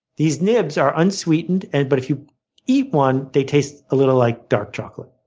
these nibs are unsweetened and but if you eat one, they taste a little like dark chocolate.